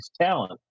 talent